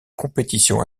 compétitions